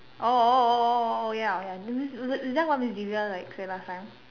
oh oh oh oh oh oh ya is that what miss Divya like say last time